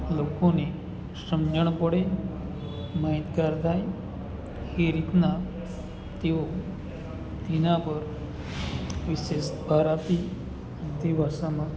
લોકોને સમજણ પડે માહિતગાર થાય એ રીતના તેઓ તેના પર વિશેષ ભાર આપી તે ભાષામાં